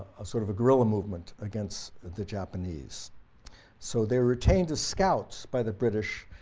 a sort of guerilla movement against the japanese so they were retained as scouts by the british